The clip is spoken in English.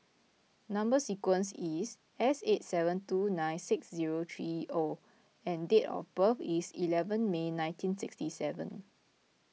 Number Sequence is S eight seven two nine six zero three O and date of birth is eleven May nineteen sixty seven